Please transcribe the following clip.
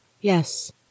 Yes